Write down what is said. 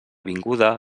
vinguda